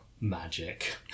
magic